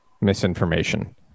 misinformation